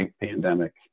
pandemic